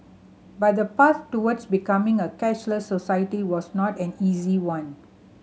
but the path towards becoming a cashless society was not an easy one